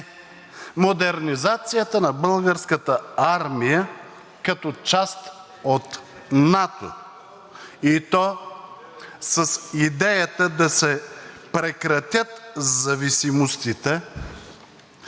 модернизацията на Българската армия като част от НАТО, и то с идеята да се прекратят зависимостите